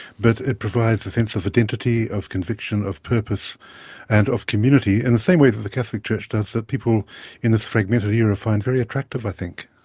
but it provides a sense of identity, of conviction, of purpose and of community in the same way that the catholic church does, that people in this fragmented era find very attractive i think.